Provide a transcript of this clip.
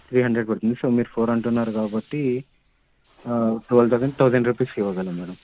three hundred పడుతుంది so మీరు four అంటున్నారు కాబట్టి ట్వెల్వ్ థౌజండ్ థౌజండ్ రూపీస్కి ఇవ్వగలం మేడం